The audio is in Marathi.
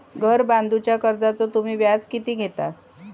घर बांधूच्या कर्जाचो तुम्ही व्याज किती घेतास?